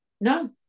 no